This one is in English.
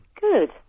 Good